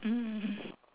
mm